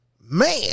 Man